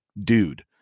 dude